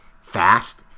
fast